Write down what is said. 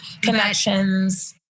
connections